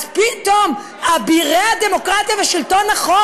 אז פתאום אבירי הדמוקרטיה ושלטון החוק